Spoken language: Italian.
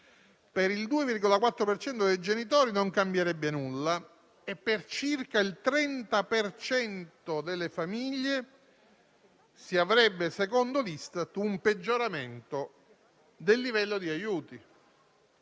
per cento dei genitori non cambierebbe nulla e per circa il 30 per cento delle famiglie si avrebbe - secondo l'Istat - un peggioramento del livello degli aiuti.